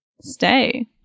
stay